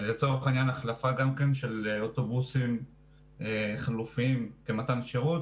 לצורך העניין החלפה של אוטובוסים חלופיים כמתן שירות,